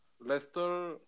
Leicester